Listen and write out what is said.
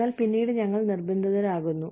എന്നാൽ പിന്നീട് ഞങ്ങൾ നിർബന്ധിതരാകുന്നു